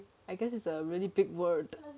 I guess it's a really big word